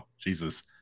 Jesus